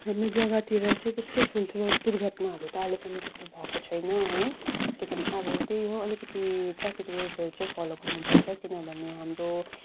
हाम्रो जग्गातिर चाहिँ त्यस्तो ठूल्ठूलो दुर्घटनाहरू त अहिलेसम्म त्यस्तो भएको छैन है अब त्यही हो अलिकति ट्राफ्रिक रुल्स चाहिँ फलो गर्नु पर्छ किनभने हाम्रो